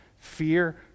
fear